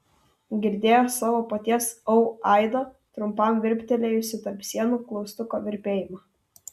girdėjo savo paties au aidą trumpam virptelėjusį tarp sienų klaustuko virpėjimą